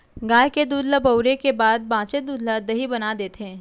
गाय के दूद ल बउरे के बाद बॉंचे दूद ल दही बना देथे